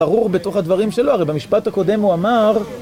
ברור בתוך הדברים שלו, הרי במשפט הקודם הוא אמר...